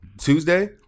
Tuesday